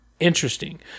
interesting